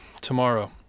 Tomorrow